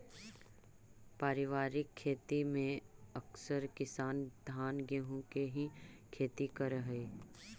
पारिवारिक खेती में अकसर किसान धान गेहूँ के ही खेती करऽ हइ